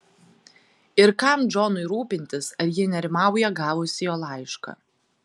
ir kam džonui rūpintis ar ji nerimauja gavusi jo laišką